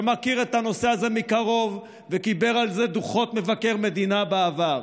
שמכיר את הנושא הזה מקרוב וקיבל על זה דוחות מבקר מדינה בעבר.